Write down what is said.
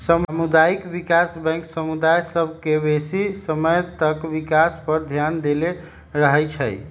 सामुदायिक विकास बैंक समुदाय सभ के बेशी समय तक विकास पर ध्यान देले रहइ छइ